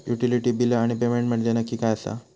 Utility बिला आणि payment म्हंजे नक्की काय आसा?